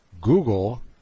Google